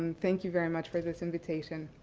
and thank you very much for this invitation.